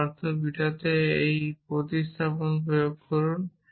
যার অর্থ বিটাতে একই প্রতিস্থাপন প্রয়োগ করুন